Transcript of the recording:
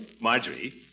Marjorie